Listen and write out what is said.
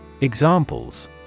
Examples